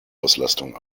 auslastung